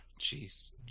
Jeez